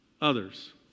others